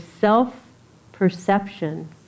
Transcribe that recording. self-perception